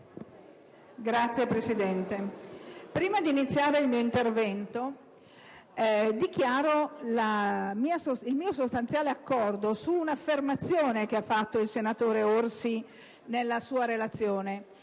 signor Presidente. Prima di iniziare il mio intervento, dichiaro il mio sostanziale accordo sull'affermazione, fatta dal senatore Orsi nella sua relazione,